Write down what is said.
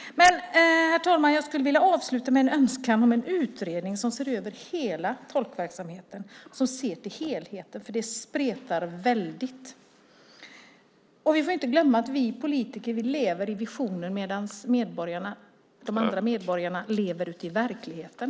Herr talman! Jag skulle vilja avsluta med en önskan om en utredning som ser över hela tolkverksamheten och som ser till helheten, för det spretar väldigt. Vi får inte glömma att vi politiker lever i visioner, medan övriga medborgare lever ute i verkligheten!